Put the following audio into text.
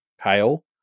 Pale